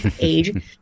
age